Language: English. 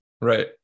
Right